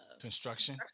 Construction